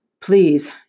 please